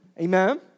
amen